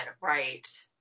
right